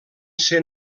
ser